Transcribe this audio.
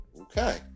Okay